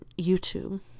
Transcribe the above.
youtube